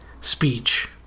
speech